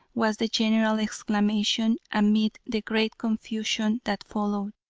was the general exclamation. amid the great confusion that followed,